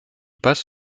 passe